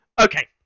Okay